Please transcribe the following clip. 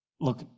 Look